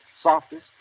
softest